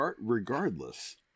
Regardless